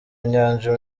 nyanja